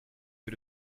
que